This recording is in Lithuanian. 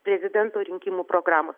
prezidento rinkimų programos